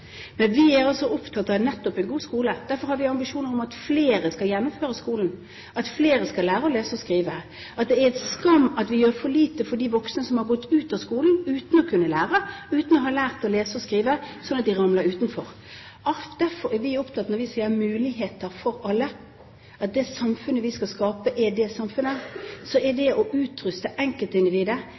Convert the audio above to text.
Men vi er opptatt nettopp av en god skole. Derfor har vi ambisjoner om at flere skal gjennomføre skolen, at flere skal lære å lese og skrive. Det er en skam at vi gjør for lite for de voksne som har gått ut av skolen uten å ha lært å lese og skrive, slik at de ramler utenfor. Derfor er vi opptatt av når vi sier muligheter for alle, at det samfunnet vi skal skape, skal utruste enkeltindividet